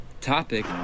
topic